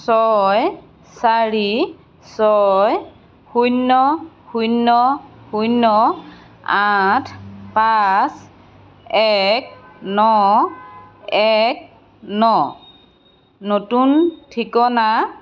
ছয় চাৰি ছয় শূন্য শূন্য শূন্য আঠ পাঁচ এক ন এক ন নতুন ঠিকনা